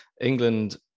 England